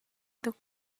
tuk